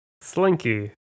slinky